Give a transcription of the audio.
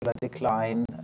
decline